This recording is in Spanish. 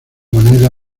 moneda